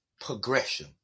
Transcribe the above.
progression